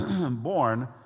born